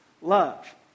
love